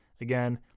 Again